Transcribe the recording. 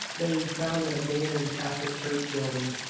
they found an abandoned catholic church building,